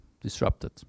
disrupted